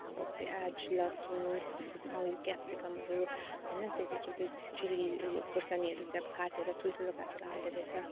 अब प्याज लसुन अब यो क्यापसिकमहरू होइन त्यो उयो चिल्ली खोर्सानीहरू चाहिँ अब त्यो काटेर ठुल्ठुलो काटेर हाल्दो रहेछ